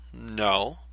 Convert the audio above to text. No